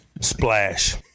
Splash